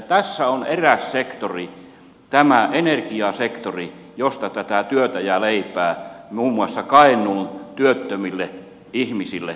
tässä on eräs sektori tämä energiasektori josta tätä työtä ja leipää muun muassa kainuun työttömille ihmisille saadaan